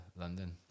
London